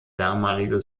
damalige